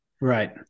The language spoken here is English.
Right